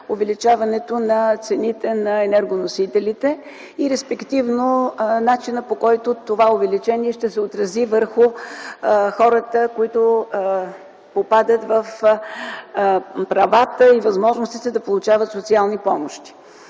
увеличаването на цените на енергоносителите и респективно начина, по който това увеличение ще се отрази върху хората, които попадат в правата и възможностите да получават социална помощ.